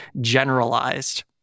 generalized